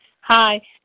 Hi